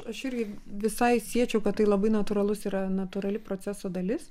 aš irgi visai siečiau kad tai labai natūralus yra natūrali proceso dalis